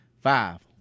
Five